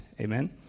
Amen